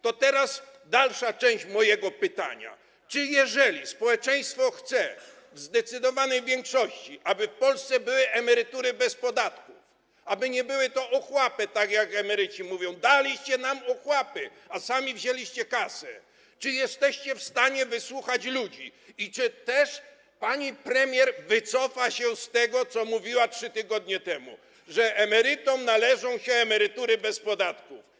To teraz dalsza część mojego pytania: Czy jeżeli społeczeństwo w zdecydowanej większości chce, aby w Polsce były emerytury bez podatków, aby nie były to ochłapy - tak jak emeryci mówią: daliście nam ochłapy, a sami wzięliście kasę - czy jesteście w stanie wysłuchać ludzi i czy pani premier wycofa się z tego, co mówiła 3 tygodnie temu, że emerytom należą się emerytury bez podatków?